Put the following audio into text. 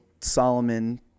Solomon